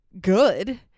good